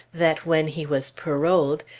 that when he was paroled,